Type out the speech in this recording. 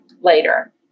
later